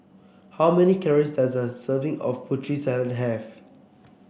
how many calories does a serving of Putri Salad have